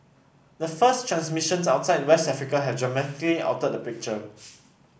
the first transmissions outside West Africa have dramatically altered the picture